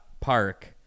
Park